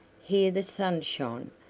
here the sun shone,